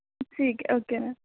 ਠੀਕ ਏ okay ma'am